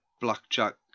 Blackjack